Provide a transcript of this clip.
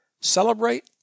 Celebrate